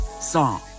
song